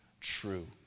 true